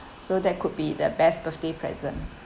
so that could be the best birthday present